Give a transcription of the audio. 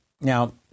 Now